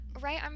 Right